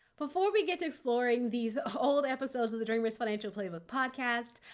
before we get to exploring these old episodes of the dreamers financial playbook podcast,